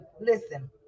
listen